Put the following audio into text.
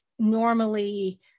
normally